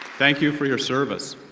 thank you for your service.